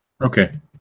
Okay